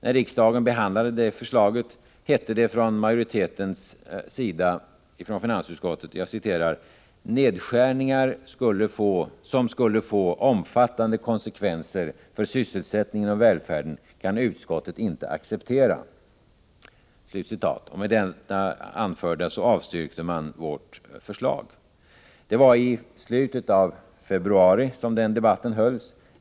När riksdagen behandlade förslaget hette det — jag citerar finansutskottets majoritet: ”Nedskärningar som skulle få omfattande konsekvenser för sysselsättningen och välfärden kan utskottet inte acceptera.” Med det anförda avstyrkte man vårt förslag. Det var i slutet av februari som den debatten fördes.